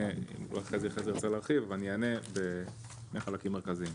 אם אחרי זה חזי ירצה להרחיב אני אענה בשני חלקים מרכזיים: